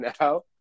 now